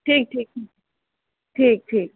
ठीक ठीक ठीक ठीक